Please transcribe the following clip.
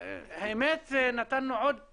האמת, נתנו עוד